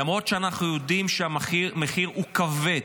למרות שאנחנו יודעים שהמחיר הוא כבד.